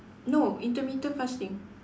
no intermittent fasting